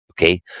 okay